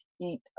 eat